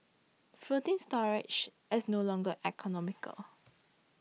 floating storage is no longer economical